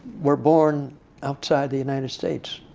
were born outside the united states.